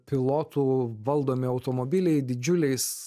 pilotų valdomi automobiliai didžiuliais